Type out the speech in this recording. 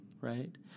right